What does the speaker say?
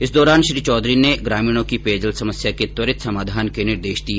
इस दौरान श्री चौधरी ने ग्रामीणों की पेयजल समस्या के त्वरित समाधान के निर्देश दिए